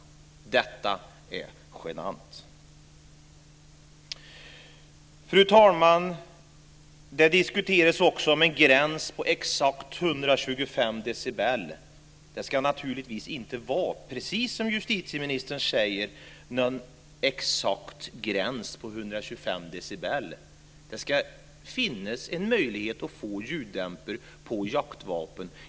Detta är genant! Fru talman! Det diskuteras också om en gräns på exakt 125 decibel. Det ska naturligtvis inte vara, precis som justitieministern säger, någon exakt gräns på 125 decibel. Det ska finnas en möjlighet att få ljuddämpare på jaktvapen.